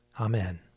Amen